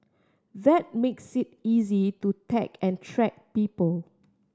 that makes it easy to tag and track people